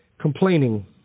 Complaining